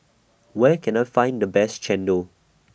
Where Can I Find The Best Chendol